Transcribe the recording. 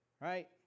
Right